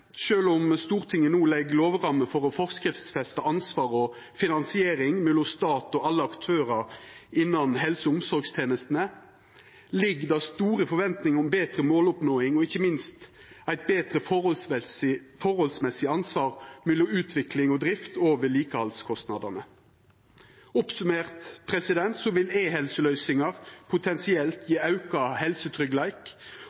om Stortinget no legg lovrammer for å forskriftsfesta ansvar og finansiering mellom stat og alle aktørar innan helse- og omsorgstenestene, ligg det store forventningar om betre måloppnåing og ikkje minst eit betre forholdsmessig ansvar mellom utvikling og drift og vedlikehaldskostnadene. Oppsummert vil e-helseløysingar potensielt